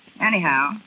Anyhow